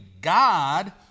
God